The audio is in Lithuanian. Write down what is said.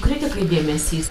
kritikai dėmesys